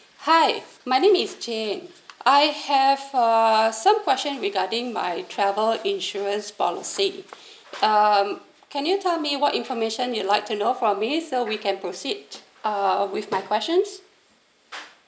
hi my name is jane I have uh some question regarding my travel insurance policy um can you tell me what information you like to know from me so we can proceed uh with my questions